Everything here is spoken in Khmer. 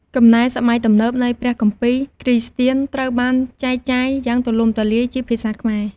កំណែសម័យទំនើបនៃព្រះគម្ពីរគ្រីស្ទានត្រូវបានចែកចាយយ៉ាងទូលំទូលាយជាភាសាខ្មែរ។